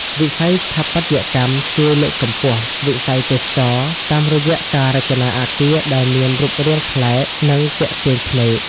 វិស័យស្ថាបត្យកម្មជួយលើកកម្ពស់វិស័យទេសចរណ៍ តាមរយៈការរចនាអគារដែលមានរូបរាងប្លែក និងទាក់ទាញភ្នែក។